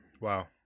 Wow